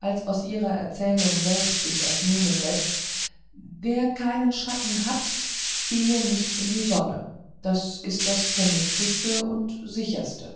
als aus ihrer erzählung selbst sich abnehmen läßt wer keinen schatten hat gehe nicht in die sonne das ist das vernünftigste und sicherste